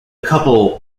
couple